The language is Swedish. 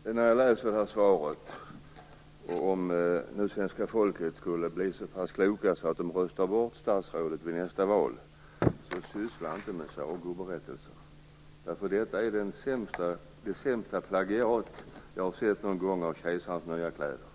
Fru talman! När jag läser svaret tycker jag att svenska folket borde bli så pass klokt att man röstar bort statsrådet vid nästa val. Syssla inte med sagoberättelser! Jag tror att detta är det sämsta plagiat som jag någon gång sett av Kejsarens nya kläder.